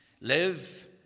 live